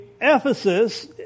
Ephesus